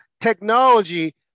technology